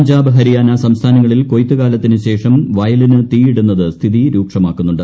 പഞ്ചാബ് ഹരിയാന സംസ്ഥാനങ്ങളിൽ കൊയ്ത്തുകാലത്തിനു ശേഷം വയലിനു തീയിടുന്നത് സ്ഥിതി രൂക്ഷമാക്കുന്നുണ്ട്